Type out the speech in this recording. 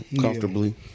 comfortably